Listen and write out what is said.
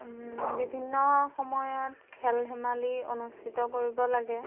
বিভিন্ন সময়ত খেল ধেমালি অনুষ্ঠিত কৰিব লাগে